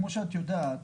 כמו שאת יודעת,